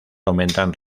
aumentan